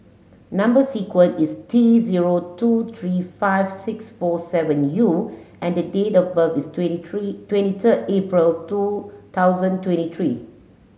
number sequence is T zero two three five six four seven U and the date of birth is twenty three twenty third April two thousand twenty three